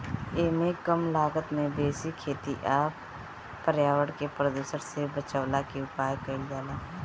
एमे कम लागत में बेसी खेती आ पर्यावरण के प्रदुषण से बचवला के उपाय कइल जाला